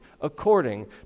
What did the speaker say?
according